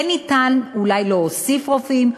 כן ניתן אולי להוסיף רופאים.